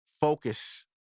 focus